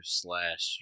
slash